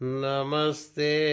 namaste